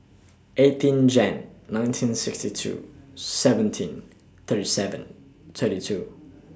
eighteen Jan nineteen sixty two seventeen thirty seven thirty two